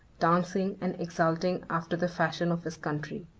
dancing and exulting after the fashion of his country.